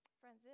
Friends